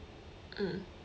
mm